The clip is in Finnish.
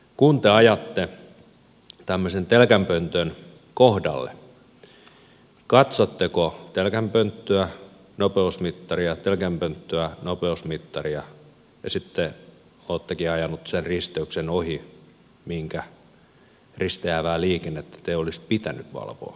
kun te ajatte tämmöisen telkänpöntön kohdalle katsotteko telkänpönttöä nopeusmittaria telkänpönttöä nopeusmittaria ja sitten olettekin ajanut sen risteyksen ohi minkä risteävää liikennettä teidän olisi pitänyt katsoa